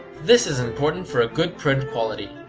this is important for a good print quality.